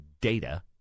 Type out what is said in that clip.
data